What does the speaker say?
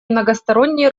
многосторонней